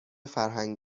فرهنگ